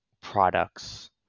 products